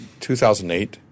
2008